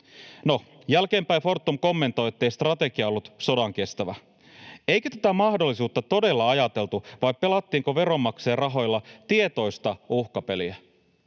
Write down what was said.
No, jälkeenpäin Fortum kommentoi, ettei strategia ollut sodankestävä. Eikö tätä mahdollisuutta todella ajateltu, vai pelattiinko veronmaksajien rahoilla tietoista uhkapeliä?